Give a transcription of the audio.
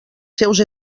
seus